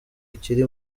ukiri